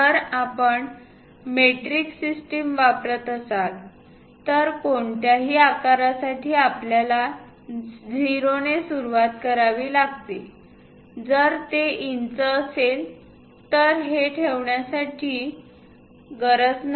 जर आपण metric system वापरत असाल तर कोणत्याही आकारासाठी आपल्याला 0 ने सुरवात करावी लागते जर ते इंच असेल तर हे ठेवण्याची गरज नाही